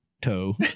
toe